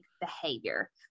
behavior